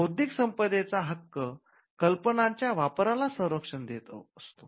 बौद्धिक संपदेचा हक्क कल्पनांच्या वापरला संरक्षण देत असतो